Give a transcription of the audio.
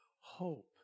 hope